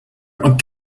not